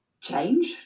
change